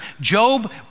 Job